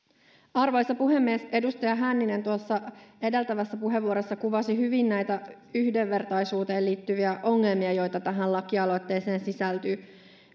arvoisa puhemies edustaja hänninen tuossa edeltävässä puheenvuorossa kuvasi hyvin yhdenvertaisuuteen liittyviä ongelmia joita tähän laki aloitteeseen sisältyy